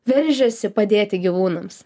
veržiasi padėti gyvūnams